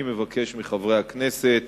אני מבקש מחברי הכנסת